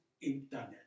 internet